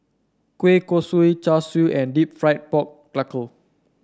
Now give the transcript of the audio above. Kueh Kosui Char Siu and deep fried Pork Knuckle